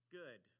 good